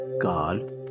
God